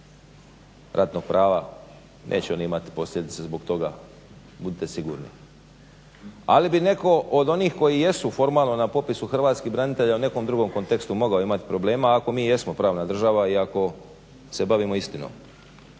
ratnog prava neće on imat posljedice zbog toga, budite sigurni. Ali bi netko od onih koji jesu formalno na popisu hrvatskih branitelja u nekom drugom kontekstu mogao imat problema ako mi jesmo pravna država i ako se bavimo istinom.